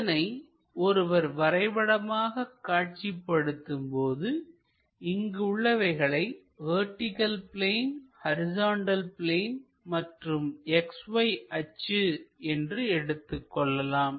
இதனை ஒருவர் வரைபடமாக காட்சிப்படுத்தும் போது இங்கு உள்ளவைகளை வெர்டிகள் பிளேன் ஹரிசாண்டல் பிளேன் மற்றும் X Y அச்சு என்று எடுத்துக்கொள்ளலாம்